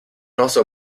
also